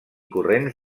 corrents